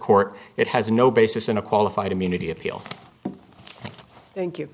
court it has no basis in a qualified immunity appeal thank you